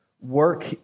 work